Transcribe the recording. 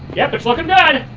yep, it's looking good!